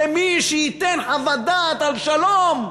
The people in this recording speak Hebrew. למי שייתן חוות דעת על שלום,